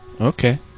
Okay